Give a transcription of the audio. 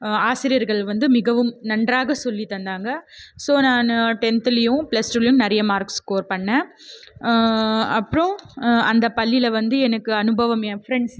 ஆசிரியர்கள் வந்து மிகவும் நன்றாக சொல்லி தந்தாங்க ஸோ நான் டென்த்துலேயும் ப்ளஸ் டூலேயும் நிறைய மார்க்ஸ் ஸ்கோர் பண்ணேன் அப்புறம் அந்த பள்ளியில் வந்து எனக்கு அனுபவம் என் ஃபிரண்ட்சு